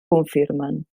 confirmen